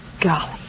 Golly